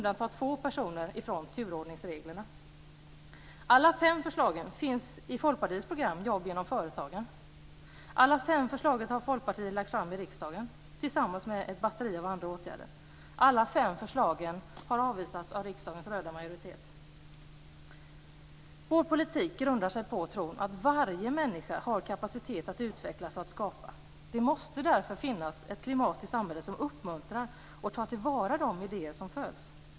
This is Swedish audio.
Alla fem förslagen finns i Folkpartiets program Folkpartiet lagt fram i riksdagen, tillsammans med ett batteri av andra åtgärder. Alla fem förslagen har avvisats av riksdagens röda majoritet. Vår politik grundar sig på tron att varje människa har kapacitet att utvecklas och att skapa. Det måste därför finnas ett klimat i samhället som uppmuntrar och tar till vara de idéer som föds.